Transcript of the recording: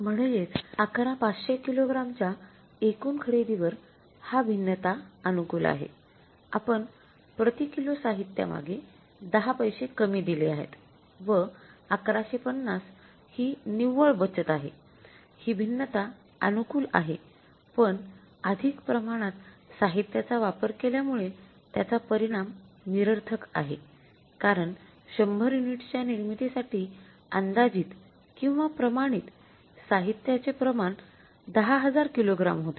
म्हणजेच ११५०० किलोग्रॅमच्या एकूण खरेदीवर हा भिन्नता अनुकूल आहे आपण प्रति किलो साहित्यामगे १० पैसे कमी दिले आहेत व ११५० हि निवळ बचत आहे हि भिन्नता अनुकूल आहे पण अधिक प्रमाणात साहित्याचा वापर केल्यामुळे त्याचा परिणाम निरर्थक आहे कारण १०० युनिट्सच्या निर्मितीसाठी अंदाजित किंवा प्रमाणित साहित्यचे प्रमाण १०००० किलोग्राम होते